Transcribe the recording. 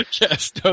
yes